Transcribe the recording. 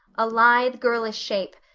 a lithe, girlish shape,